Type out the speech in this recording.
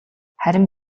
харин